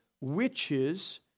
witches